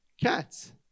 Cats